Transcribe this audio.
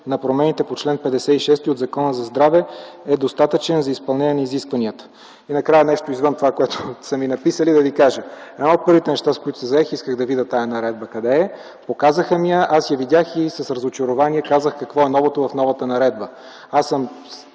на промените по чл. 56 от Закона за здравето, е достатъчен за изпълнение на изискванията. Накрая нещо извън това, което са ми написали. Едно от първите неща, с които се заех – исках да видя тази наредба къде е. Показаха ми я. Видях я и с разочарование казах какво е новото в новата наредба. Аз съм